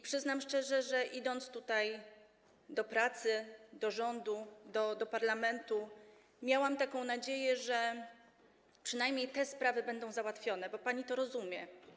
Przyznam szczerze, że idąc do pracy do parlamentu, miałam taką nadzieję, że przynajmniej te sprawy będą załatwione, bo pani to rozumie.